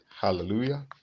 hallelujah